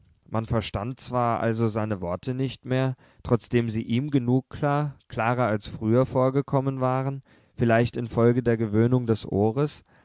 man verstand zwar also seine worte nicht mehr trotzdem sie ihm genug klar klarer als früher vorgekommen waren vielleicht infolge der gewöhnung des ohres